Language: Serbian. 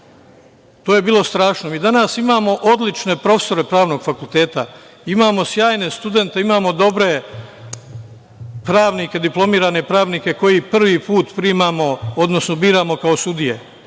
To je bilo strašno. Mi danas imamo odlične profesore pravnog fakulteta, imamo sjajne studente, imamo dobre pravnike, diplomirane pravnike koje prvi put biramo kao sudije.